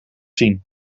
zien